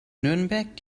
nürnberg